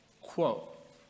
quote